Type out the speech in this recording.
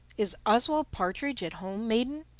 is oswald partridge at home, maiden,